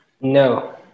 No